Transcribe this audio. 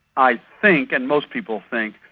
i think, and most people think,